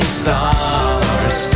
stars